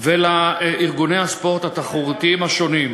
ולארגוני הספורט התחרותיים השונים,